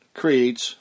creates